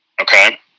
Okay